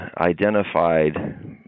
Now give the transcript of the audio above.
identified